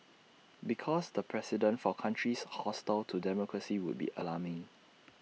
because the precedent for countries hostile to democracy would be alarming